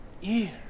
year